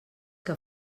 que